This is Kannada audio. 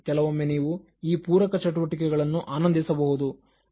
ಕೆಲವೊಮ್ಮೆ ನೀವು ಈ ಪೂರಕ ಚಟುವಟಿಕೆಗಳನ್ನು ಆನಂದಿಸಬಹುದು